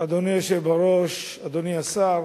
אדוני היושב-ראש, אדוני השר,